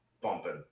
Bumping